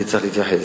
אני צריך להתייחס,